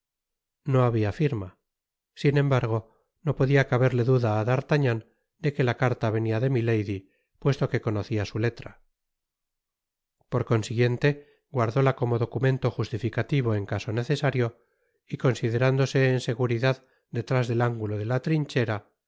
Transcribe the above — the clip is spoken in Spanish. no habia firma sin embargo no podia caberle duda á d'artagnan de que la carta venia de milady puesto que conocia su letra por consiguiente guardóla como documento justificativo en caso necesario y considerándose en seguridad detrás del ángulo de la trinchera